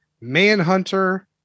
Manhunter